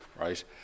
right